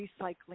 recycling